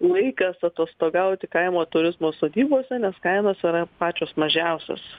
laikas atostogauti kaimo turizmo sodybose nes kainos yra pačios mažiausios